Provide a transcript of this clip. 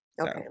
Okay